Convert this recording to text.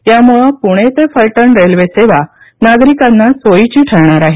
यामुळे पुणे ते फलटण रेल्वे सेवा नागरिकांना सोयीची ठरणार आहे